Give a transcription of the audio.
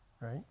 right